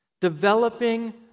Developing